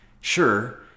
Sure